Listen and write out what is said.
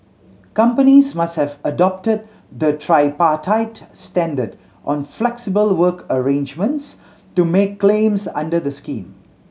companies must have adopted the tripartite standard on flexible work arrangements to make claims under the scheme